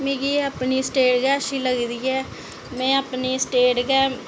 मिगी अपनी स्टेट गै अच्छी लगदी ऐ ते में अपनी स्टेट गै